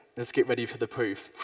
let's get ready for the proof.